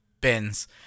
bins